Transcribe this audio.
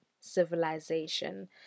civilization